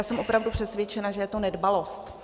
Jsem opravdu přesvědčena, že je to nedbalost.